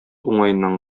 уңаеннан